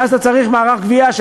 אז זה הצעה זהה,